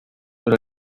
pero